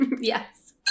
Yes